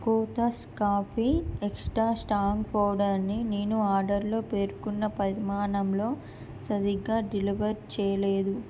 కొతస్ coffee extra strong powder ని నేను order లో పేర్కొన్న పరిమాణంలో సరిగ్గా డెలివర్ చేయలేదు